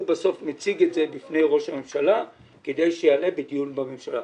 בסוף מציג את זה בפני ראש הממשלה כדי שיעלה בדיון בממשלה.